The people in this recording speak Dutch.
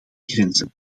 grenzen